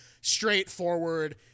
straightforward